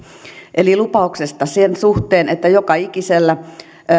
eli lupauksesta sen suhteen että joka ikisellä